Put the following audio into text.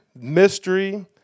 mystery